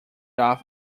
off